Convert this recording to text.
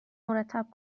مرتب